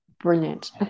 brilliant